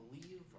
believe